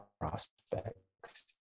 prospects